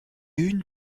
une